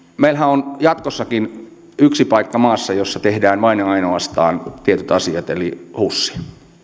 meillähän on jatkossakin maassa yksi paikka jossa tehdään vain ja ainoastaan tietyt asiat eli hus